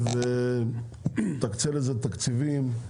ותקצה את זה תקצבים,